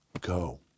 go